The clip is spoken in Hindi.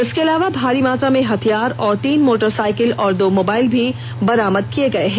इसके अलावा भारी मात्रा में हथियार और तीन मोटरसाइकिल व दो मोबाइल भी बरामद किया गया है